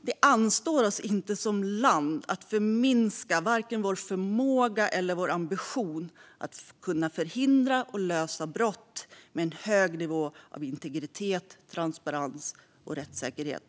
Det anstår oss inte som land att förminska vår förmåga eller vår ambition att förhindra och lösa brott med en hög nivå av integritet, transparens och rättssäkerhet.